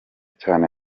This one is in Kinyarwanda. cyane